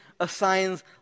assigns